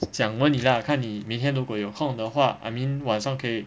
讲吧你 ah 看你明天如果有空的话 I mean 晚上可以